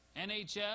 NHL